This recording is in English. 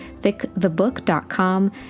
thickthebook.com